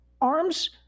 arms